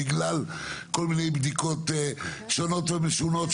בגלל כל מיני בדיקות שונות ומשונות,